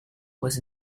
was